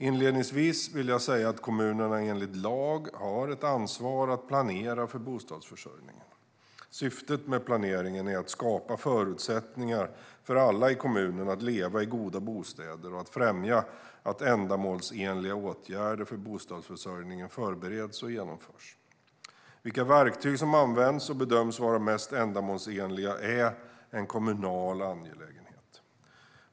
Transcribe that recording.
Inledningsvis vill jag säga att kommunerna enligt lag har ett ansvar för att planera för bostadsförsörjningen. Syftet med planeringen är att skapa förutsättningar för alla i kommunen att leva i goda bostäder och att främja att ändamålsenliga åtgärder för bostadsförsörjningen förbereds och vidtas. Vilka verktyg som används och bedöms vara mest ändamålsenliga är en kommunal angelägenhet.